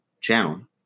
channel